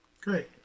Great